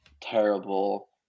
terrible